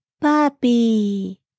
Puppy